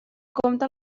compte